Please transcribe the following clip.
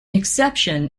exception